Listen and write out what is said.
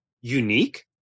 unique